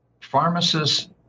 pharmacists